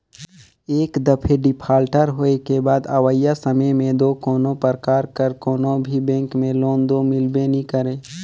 एक दफे डिफाल्टर होए के बाद अवइया समे में दो कोनो परकार कर कोनो भी बेंक में लोन दो मिलबे नी करे